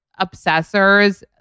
obsessors